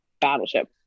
Battleship